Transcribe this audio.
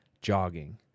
jogging